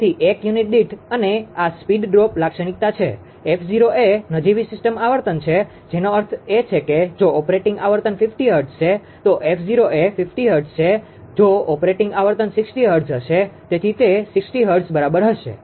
તેથી 1 યુનિટ દીઠ અને આ સ્પીડ ડ્રોપ લાક્ષણિકતા છે 𝑓0 એ નજીવી સિસ્ટમ આવર્તન છે જેનો અર્થ છે જો ઓપરેટીંગ આવર્તન 50 હર્ટ્ઝ છે તો 𝑓0 એ 50 હર્ટ્ઝ છે જો ઓપરેટીંગ આવર્તન 60 હર્ટ્ઝ હશે તેથી તે 60 હર્ટ્ઝ બરાબર હશે